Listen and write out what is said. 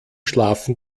schlafen